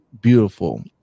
beautiful